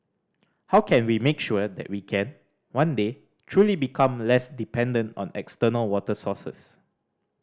how can we make sure that we can one day truly become less dependent on external water sources